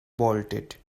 bolted